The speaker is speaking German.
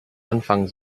anfangen